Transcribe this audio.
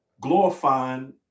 glorifying